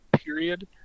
period